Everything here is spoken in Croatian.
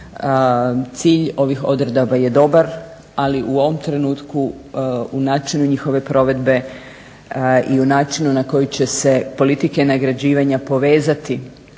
Cilj ovih odredbi je dobar, ali u ovom trenutku u načinu njihove provedbe i u načinu na koji će se politike nagrađivanja povezati